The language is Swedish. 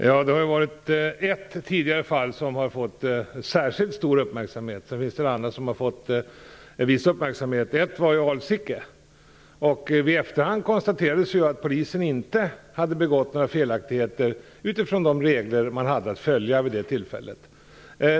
Fru talman! Det är ett tidigare fall som har fått särskilt stor uppmärksamhet. Sedan finns det andra som har fått en viss uppmärksamhet. Ett gällde flyktingarna i Alsike. I efterhand konstaterades det att polisen inte hade begått några felaktigheter utifrån de regler den hade att följa vid det tillfället.